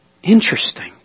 Interesting